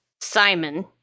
Simon